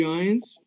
Giants